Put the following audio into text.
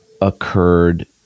occurred